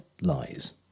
lies